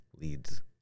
leads